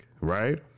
right